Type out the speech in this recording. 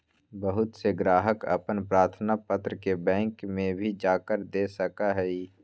बहुत से ग्राहक अपन प्रार्थना पत्र के बैंक में भी जाकर दे सका हई